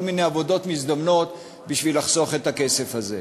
מיני עבודות מזדמנות כדי לחסוך את הכסף הזה.